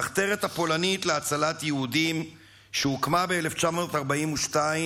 המחתרת הפולנית להצלת יהודים שהוקמה ב-1942,